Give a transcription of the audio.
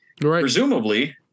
Presumably